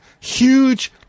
huge